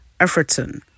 Efferton